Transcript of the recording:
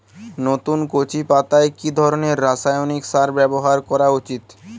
নতুন কচি পাতায় কি ধরণের রাসায়নিক সার ব্যবহার করা উচিৎ?